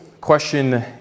question